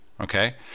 okay